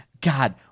god